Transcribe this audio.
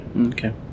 okay